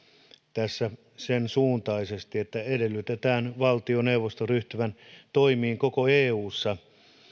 tässä sen suuntaisesti että edellytetään valtioneuvoston ryhtyvän toimiin koko eussa